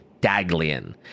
daglian